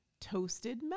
toasted